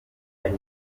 ari